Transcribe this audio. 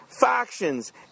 factions